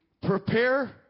prepare